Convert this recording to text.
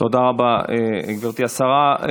תודה רבה, גברתי השרה.